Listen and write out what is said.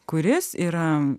kuris yra